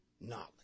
knowledge